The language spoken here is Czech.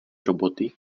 roboty